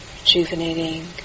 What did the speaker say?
rejuvenating